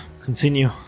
Continue